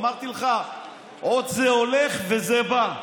אמרתי לך: עוד זה הולך וזה בא.